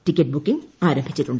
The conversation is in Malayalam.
ടിക്കറ്റ് ബുക്കിംഗ് ആരംഭിച്ചിട്ടുണ്ട്